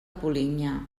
polinyà